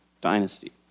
dynasty